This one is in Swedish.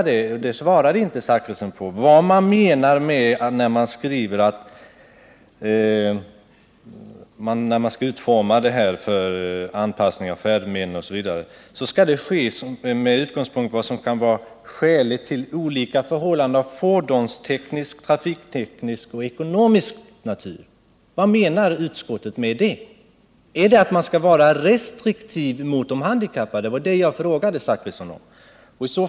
Bertil Zachrisson svarade inte på min fråga om vad utskottet menar när man, i samband med att man talar om att trafiken skall utformas för att tillgodose de handikappades behov genom en anpassning av färdmedlen osv., skriver att detta skall ske med utgångspunkt i vad som kan vara skäligt med tanke på förhållanden av fordonsteknisk, trafikteknisk och ekonomisk natur. Vad menar utskottet med det? Är det att man skall vara restriktiv mot de handikappade? Det var det jag frågade Bertil Zachrisson om.